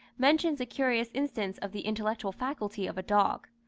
mentions a curious instance of the intellectual faculty of a dog.